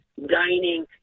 dining